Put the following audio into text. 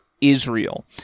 Israel